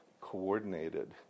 coordinated